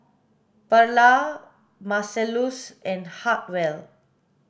Pearla Marcellus and Hartwell